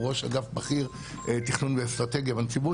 הוא ראש אגף בכיר תכנון ואסטרטגיה בנציבות,